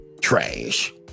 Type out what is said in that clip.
Trash